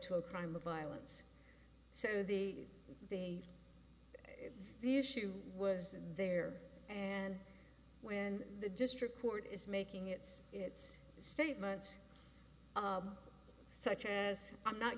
to a crime of violence so the day the issue was there and when the district court is making its its statements such as i'm not